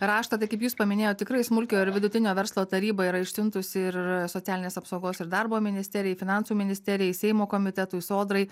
raštą tai kaip jūs paminėjot tikrai smulkiojo ir vidutinio verslo taryba yra išsiuntusi ir socialinės apsaugos ir darbo ministerijai finansų ministerijai seimo komitetui sodrai